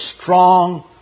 strong